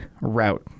route